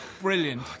Brilliant